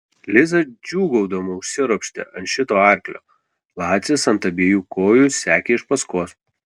liza džiūgaudama užsiropštė ant šito arklio lacis ant abiejų kojų sekė iš paskos